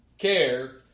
care